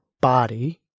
body